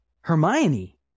hermione